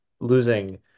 losing